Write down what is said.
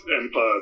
empire